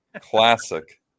Classic